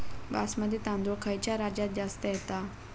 बासमती तांदूळ खयच्या राज्यात जास्त येता?